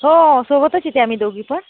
हो सोबतच येते आम्ही दोघी पण